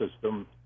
system